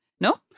No